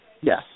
Yes